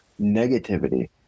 Negativity